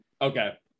Okay